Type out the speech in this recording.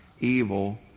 evil